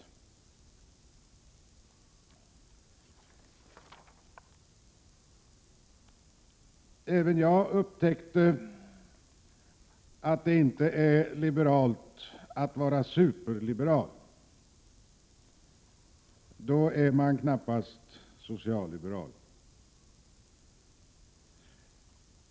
Även jag upptäckte att det inte är liberalt att vara superliberal — då är man knappast socialliberal.